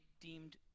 deemed